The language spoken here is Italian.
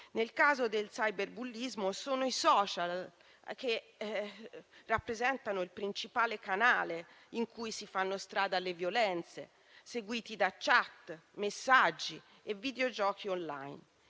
Nel caso del cyberbullismo sono i *social* che rappresentano il principale canale in cui si fanno strada le violenze, seguiti da *chat*, messaggi e videogiochi *online*.